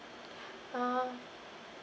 uh